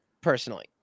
personally